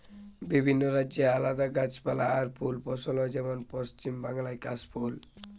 বিভিন্ন রাজ্যে আলদা গাছপালা আর ফুল ফসল হয় যেমন যেমন পশ্চিম বাংলায় কাশ ফুল